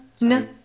no